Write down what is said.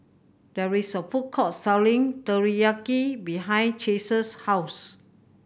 there is a food court selling Teriyaki behind Chase's house